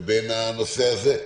לבין הנושא הזה,